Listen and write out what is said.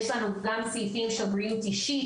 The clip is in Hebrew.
יש לנו גם סעיפים של בריאות אישית,